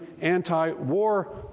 anti-war